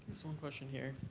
one question here.